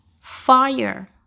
fire